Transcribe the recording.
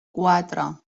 quatre